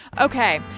Okay